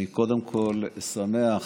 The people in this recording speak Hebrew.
אני קודם כול שמח